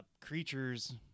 creatures